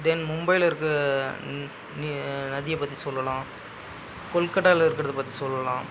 தென் மும்பையில் இருக்கற நி நதியை பற்றி சொல்லலாம் கொல்கட்டாவில் இருக்கிறது பற்றி சொல்லலாம்